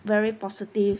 very positive